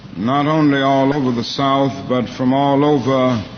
not only all over the south, but from all over